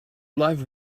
life